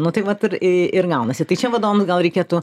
nu tai vat ir gaunasi tai čia vadovams gal reikėtų